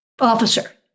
officer